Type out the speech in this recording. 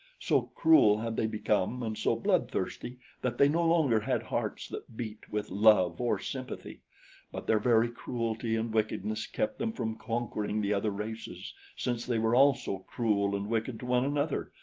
so cruel had they become and so bloodthirsty that they no longer had hearts that beat with love or sympathy but their very cruelty and wickedness kept them from conquering the other races, since they were also cruel and wicked to one another,